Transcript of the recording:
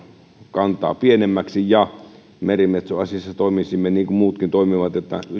kantoja pienemmiksi ja merimetsoasiassa toimisimme niin kuin muutkin toimivat että